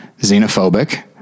xenophobic